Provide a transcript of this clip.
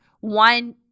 one –